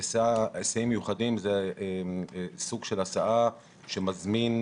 היסעים מיוחדים זה סוג של הסעה שמזמין